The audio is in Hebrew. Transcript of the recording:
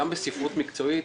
גם בספרות מקצועית,